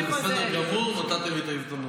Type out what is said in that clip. זה בסדר גמור, נתתם לי את ההזדמנות.